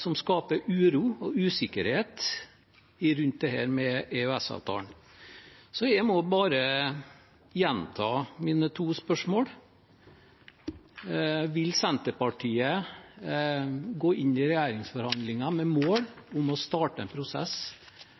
som skaper uro og usikkerhet rundt EØS-avtalen. Jeg må bare gjenta mine to spørsmål: Vil Senterpartiet gå inn i regjeringsforhandlinger med